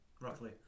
Roughly